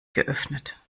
geöffnet